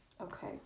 Okay